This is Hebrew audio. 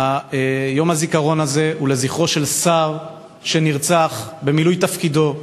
יום הזיכרון הזה הוא לזכרו של שר שנרצח בעת מילוי תפקידו,